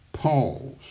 pause